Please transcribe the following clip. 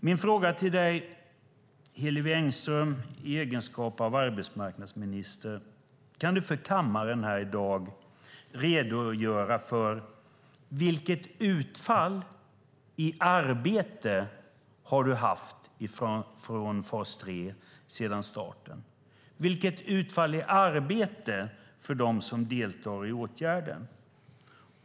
Min fråga till dig, Hillevi Engström, i din egenskap av arbetsmarknadsminister, är: Kan du för kammaren här i dag redogöra för vilket utfall i arbete du har haft av fas 3 sedan starten? Det handlar om utfallet i arbete för dem som deltar i åtgärden.